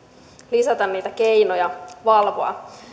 lisätä niitä keinoja valvoa